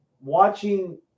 watching